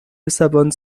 lissabon